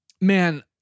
Man